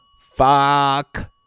Fuck